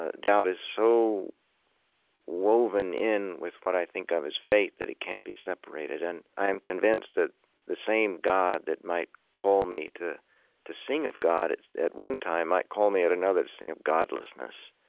ah doubt is so woven in with what i think of as faith that it can't be separated. and i am convinced that the same god that might call me to to sing of god at one time might call me, at another, to sing of godlessness.